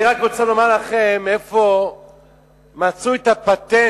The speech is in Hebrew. אני רק רוצה לומר לכם איפה מצאו את הפטנט,